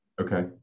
Okay